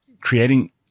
creating